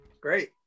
great